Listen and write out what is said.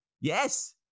Yes